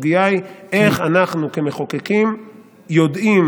הסוגיה היא איך אנחנו כמחוקקים יודעים